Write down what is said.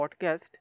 podcast